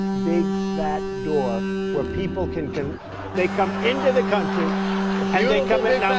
big, fat door where people can can they come into the country and they come in